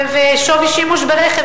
ושווי שימוש ברכב,